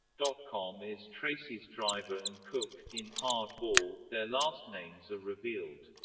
dot com is tracy's driver and cook in hard ball, their last names are revealed.